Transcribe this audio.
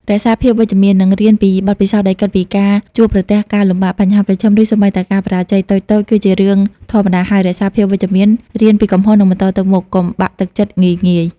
រក្សាភាពវិជ្ជមាន និងរៀនពីបទពិសោធន៍ ដោយគិតថាការជួបប្រទះការលំបាក បញ្ហាប្រឈម ឬសូម្បីតែការបរាជ័យតូចៗ គឺជារឿងធម្មតាហើយ រក្សាភាពវិជ្ជមាន រៀនពីកំហុស និងបន្តទៅមុខ។ កុំបាក់ទឹកចិត្តងាយៗ។